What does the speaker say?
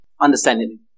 understanding